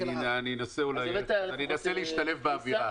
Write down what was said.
אני אנסה להשתלב באווירה.